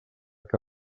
que